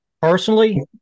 Personally